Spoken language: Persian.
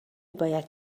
باید